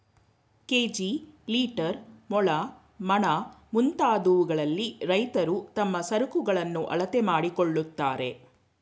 KG, litre, ಮೊಳ, ಮಣ, ಮುಂತಾದವುಗಳಲ್ಲಿ ರೈತ್ರು ತಮ್ಮ ಸರಕುಗಳನ್ನು ಅಳತೆ ಮಾಡಿಕೊಳ್ಳುತ್ತಾರೆ